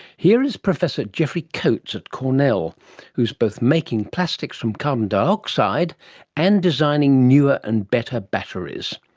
here is professor geoffrey coates at cornell who is both making plastics from carbon dioxide and designing newer and better batteries.